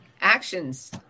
actions